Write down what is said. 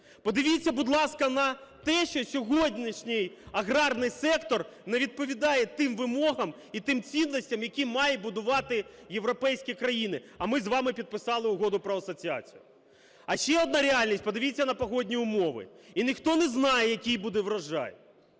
Подивіться, будь ласка, на те, що сьогоднішній аграрний сектор не відповідає тим вимогам і тим цінностям, які мають будувати європейські країни, а ми з вами підписали Угоду про асоціацію. А ще одна реальність. Подивіться на погодні умовні, і ніхто не знає, яким буде врожай.